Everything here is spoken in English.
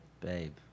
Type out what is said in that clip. Babe